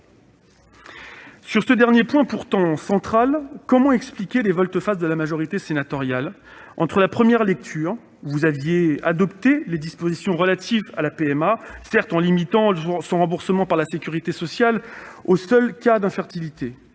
Sur ce dernier point, pourtant central, comment expliquer les volte-face de la majorité sénatoriale entre la première lecture, où elle avait adopté les dispositions relatives à la PMA, même si elle avait limité son remboursement par la sécurité sociale aux seuls cas d'infertilité,